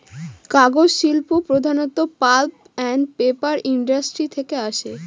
কাগজ শিল্প প্রধানত পাল্প আন্ড পেপার ইন্ডাস্ট্রি থেকে আসে